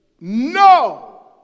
no